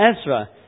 Ezra